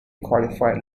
qualified